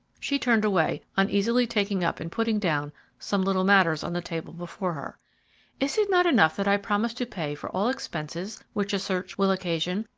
she turned away, uneasily taking up and putting down some little matters on the table before her. is it not enough that i promise to pay for all expenses which a search will occasion,